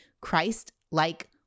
Christ-like